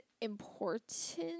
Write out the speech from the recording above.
important